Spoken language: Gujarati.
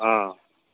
હં